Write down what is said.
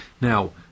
Now